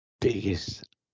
biggest